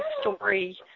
story